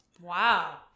wow